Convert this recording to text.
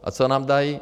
A co nám dají?